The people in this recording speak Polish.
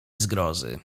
zgrozy